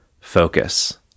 focus